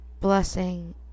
blessing